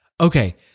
Okay